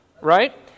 right